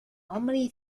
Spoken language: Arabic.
عمري